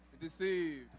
deceived